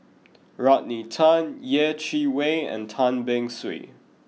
Rodney Tan Yeh Chi Wei and Tan Beng Swee